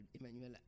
Emmanuel